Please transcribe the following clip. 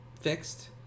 fixed